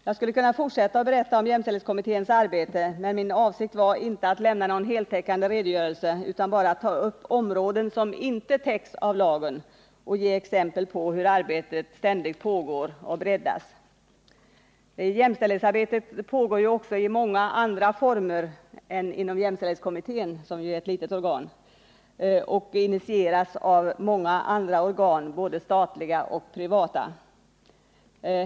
Jag skulle kunna fortsätta att berätta om jämställdhetskommitténs arbete, men min avsikt var inte att lämna någon heltäckande redogörelse utan bara att ta upp områden, som inte täcks av lagen, och ge exempel på hur arbetet ständigt pågår och breddas. Jämställdhetsarbetet pågår ju i många andra former och initieras av andra organ — både statliga och privata — än av jämställdhetskommittén, som ju är ett litet organ.